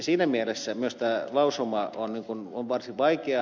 siinä mielessä myös tämä lausuma on varsin vaikea